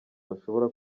bashobora